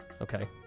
Okay